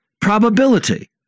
probability